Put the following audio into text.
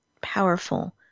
powerful